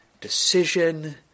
decision